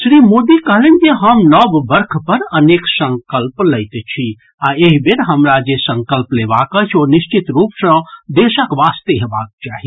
श्री मोदी कहलनि जे हम नव वर्ष पर अनेक संकल्प लैत छी आ एहि बेर हमरा जे संकल्प लेबाक अछि ओ निश्चित रूप सँ देशक वास्ते हेबाक चाही